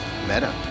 Meta